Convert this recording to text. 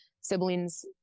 siblings